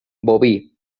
boví